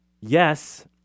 yes